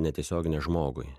netiesioginę žmogui